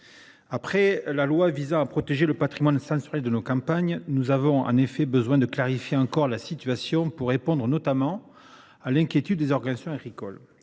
à définir et protéger le patrimoine sensoriel des campagnes françaises, nous avons en effet besoin de clarifier encore la situation pour répondre notamment à l’inquiétude des organisations agricoles.